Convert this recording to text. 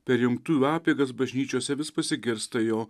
per jungtuvių apeigas bažnyčiose vis pasigirsta jo